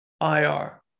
ir